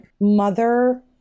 mother